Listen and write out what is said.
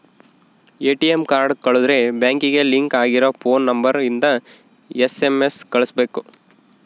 ATM card ಕಳುದ್ರೆ ಬ್ಯಾಂಕಿಗೆ link ಆಗಿರ ಫೋನ್ ನಂಬರ್ ಇಂದ ಎಸ್.ಎಮ್.ಎಸ್ ಕಳ್ಸ್ಬೆಕು